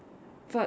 but